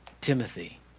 Timothy